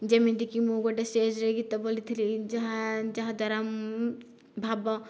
ଯେମିତିକି ମୁଁ ଗୋଟିଏ ଷ୍ଟେଜରେ ଗୀତ ବୋଲିଥିଲି କି ଯାହା ଯାହାଦ୍ୱାରା ମୁଁ ଭାବ